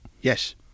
Yes